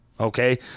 Okay